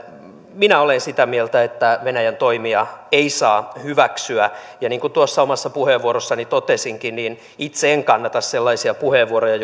minä olen sitä mieltä että venäjän toimia ei saa hyväksyä ja niin kuin tuossa omassa puheenvuorossani totesinkin itse en kannata sellaisia puheenvuoroja